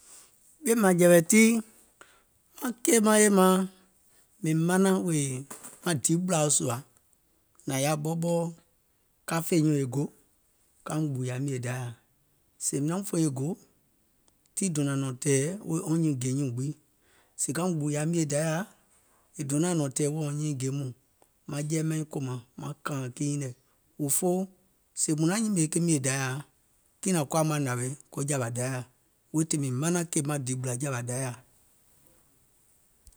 Ɓìèmȧŋjɛ̀wɛ̀ tii maŋ keì maŋ yè maŋ mìŋ manaŋ weè maŋ maŋ dìɓùla sùȧ, nàŋ yaȧ ɓɔɔ ka fè nyùùŋ e go, kauŋ gbùuyà mìè Dayàa. sèè mìŋ naum fè e go, tii dònȧŋ nɔ̀ŋ tɛ̀ɛ̀ wèè wɔŋ nyììŋ gè nyùùŋ gbiŋ. Sèè kaum gbùùyȧ mìè Dayàa, è donàŋ nɔ̀ŋ tɛ̀ɛ̀ wèè wɔŋ nyiiŋ gèe mɔɔ̀ŋ, maŋ jɛi maiŋ kòmȧŋ maŋ kààìŋ kii nyiŋ nɛ̀, òfoo sèè mùŋ naŋ nyìmèè mìè Dayȧa, kiìŋ naŋ koȧùm wa nȧwèè ko jȧwȧ Dayà, weètii mìŋ manaŋ maŋ dìɓùlȧ jȧwȧ Dayȧ.